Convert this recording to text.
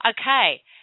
Okay